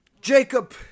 Jacob